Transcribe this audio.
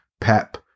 Pep